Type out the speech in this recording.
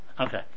Okay